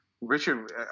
Richard